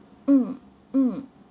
mm mm